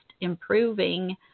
improving